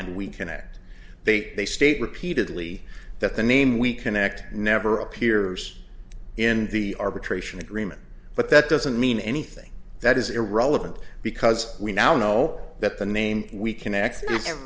and we connect they they state repeatedly that the name we connect never appears in the arbitration agreement but that doesn't mean anything that is irrelevant because we now know that the name we can